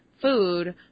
food